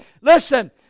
Listen